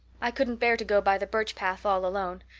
i couldn't bear to go by the birch path all alone.